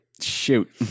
Shoot